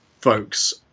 folks